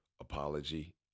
apology